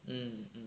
mm mm